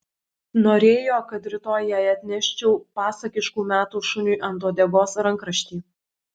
norėjo kad rytoj jai atneščiau pasakiškų metų šuniui ant uodegos rankraštį